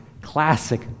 classic